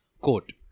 Quote